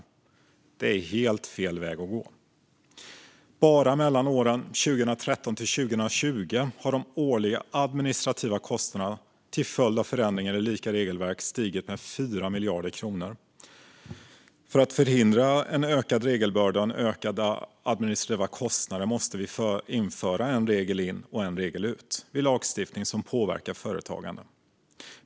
Vi går alltså helt fel väg. Bara åren 2013-2020 har de årliga administrativa kostnaderna till följd av förändringar i olika regelverk stigit med 4 miljarder kronor. För att förhindra en ökad regelbörda och ökade administrativa kostnader måste vi införa "en regel in, en regel ut" vid lagstiftning som påverkar företagande.